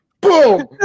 boom